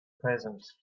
present